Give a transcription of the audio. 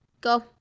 go